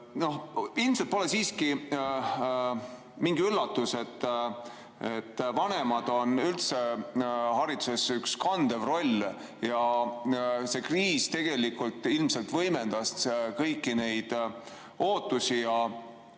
Ilmselt pole siiski mingi üllatus, et vanematel on üldse hariduses kandev roll. See kriis tegelikult ilmselt võimendas kõiki neid ootusi.